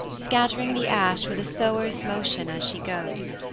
scattering the ash with a sower's motion as she goes.